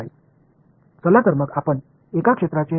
மேற்பரப்பு மற்றும் வால்யூம் இதில் எது வளரும்